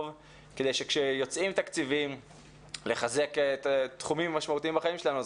שכשיוצאים תקציבים לחזק תחומים משמעותיים בחיים שלנו,